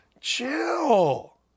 Chill